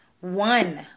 one